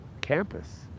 campus